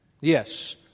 Yes